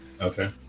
okay